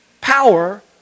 power